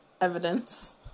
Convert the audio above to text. evidence